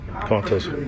contest